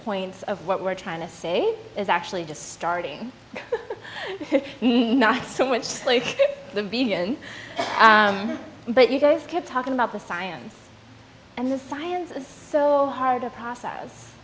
points of what we're trying to say is actually just starting not so much in the median but you guys keep talking about the science and the science is so hard to process